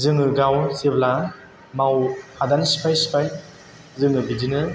जों गाव जेब्ला हादान सिफाय सिफाय जों बिदिनो